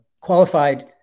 qualified